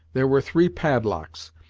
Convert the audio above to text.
there were three padlocks,